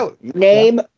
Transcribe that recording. Name